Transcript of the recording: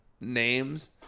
names